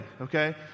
Okay